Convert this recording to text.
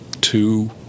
two